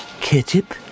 ketchup